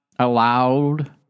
allowed